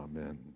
Amen